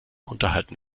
unterhalten